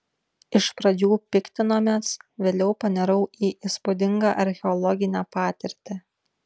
iš pradžių piktinomės vėliau panirau į įspūdingą archeologinę patirtį